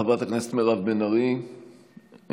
חברת הכנסת מירב בן ארי, איננה.